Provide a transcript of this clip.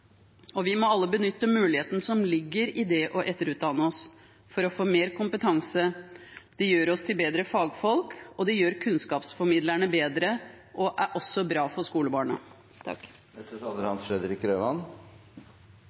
Og vi må alle benytte muligheten som ligger i det å etterutdanne oss for å få mer kompetanse. Det gjør oss til bedre fagfolk. Det som gjør kunnskapsformidlerne bedre, er også bra for skolebarna.